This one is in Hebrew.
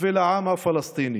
ולעם הפלסטיני.